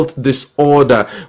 Disorder